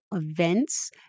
events